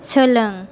सोलों